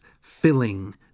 filling